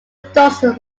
dozen